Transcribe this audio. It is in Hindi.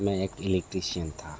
मैं एक इलेक्ट्रीशियन था